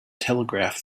telegraph